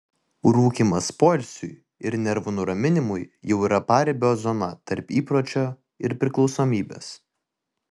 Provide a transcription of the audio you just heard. rūkymas poilsiui ir nervų nuraminimui jau yra paribio zona tarp įpročio ir priklausomybės